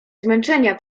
zmęczenia